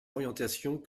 orientations